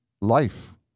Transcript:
life